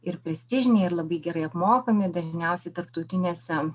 ir prestižiniai ir labai gerai apmokami dažniausiai tarptautinėse